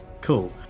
Cool